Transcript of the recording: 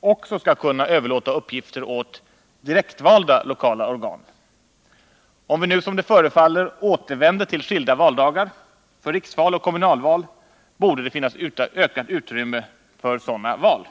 också skall kunna överlåta uppgifter åt direktvalda lokala organ. Om vi nu, som det förefaller, återvänder till skilda valdagar för riksval och kommunalval borde det finnas ett ökat utrymme för sådana val.